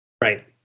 Right